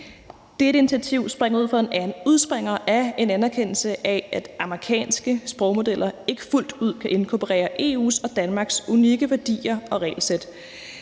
Dette initiativ er en udspringer af en anerkendelse af, at amerikanske sprogmodeller ikke fuldt ud kan inkorporere EU's og Danmarks unikke værdier og regelsæt.